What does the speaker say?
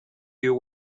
you